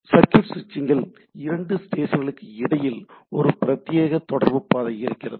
circuit சுவிட்சிங்ல் இரண்டு ஸ்டேஷன்களுக்கு இடையில் ஒரு பிரத்யேக தொடர்பு பாதை இருக்கிறது